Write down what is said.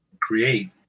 create